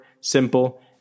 simple